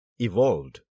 evolved